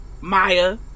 Maya